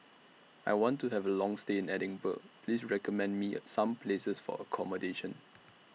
I want to Have A Long stay in Edinburgh Please recommend Me Some Places For accommodation